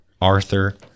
Arthur